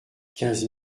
quinze